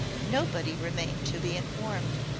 nobody remained to be informed.